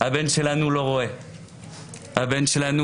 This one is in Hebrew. מדברים עלינו, אבל תחשבו על הבן שלי.